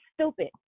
stupid